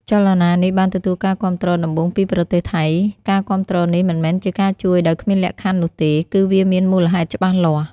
ចលនានេះបានទទួលការគាំទ្រដំបូងពីប្រទេសថៃ ការគាំទ្រនេះមិនមែនជាការជួយដោយគ្មានលក្ខខណ្ឌនោះទេ គឺវាមានមូលហេតុច្បាស់លាស់។